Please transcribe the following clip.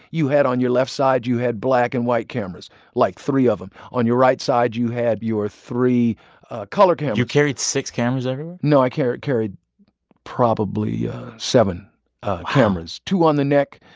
you had on your left side, you had black-and-white cameras like, three of them. on your right side, you had your three color cameras you carried six cameras everywhere? no, i carried carried probably yeah seven cameras two on the neck,